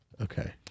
Okay